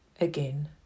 again